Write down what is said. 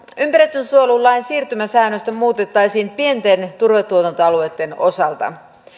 ympäristönsuojelulain siirtymäsäännöstä muutettaisiin pienten turvetuotantoalueitten osalta